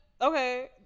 Okay